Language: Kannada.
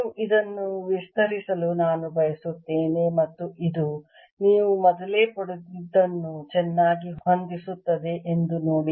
ನೀವು ಇದನ್ನು ವಿಸ್ತರಿಸಲು ನಾನು ಬಯಸುತ್ತೇನೆ ಮತ್ತು ಇದು ನೀವು ಮೊದಲೇ ಪಡೆದಿದ್ದನ್ನು ಚೆನ್ನಾಗಿ ಹೊಂದಿಸುತ್ತದೆ ಎಂದು ನೋಡಿ